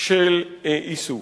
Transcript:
של מיחזור.